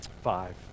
five